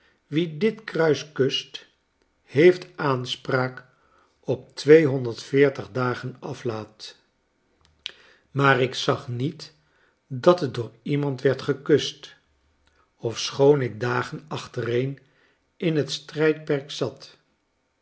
wie dit kruis kust heeft aanspraak op tweehonderd veertig dagen aflaat maar ik zag niet dat het door iemand werd gekust ofschoon ik dagen achtereen in het strijdperk zat